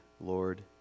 Lord